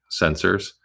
sensors